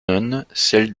comtes